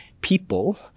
people